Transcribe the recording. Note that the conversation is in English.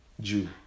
Jew